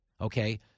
Okay